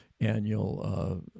annual